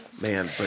Man